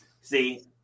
See